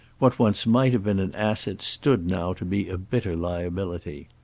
what once might have been an asset stood now to be a bitter liability.